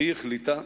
והיא החליטה,